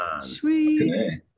Sweet